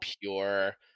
pure